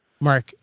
Mark